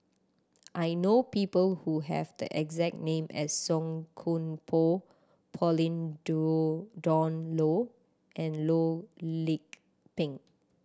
I know people who have the exact name as Song Koon Poh Pauline due Dawn Loh and Loh Lik Peng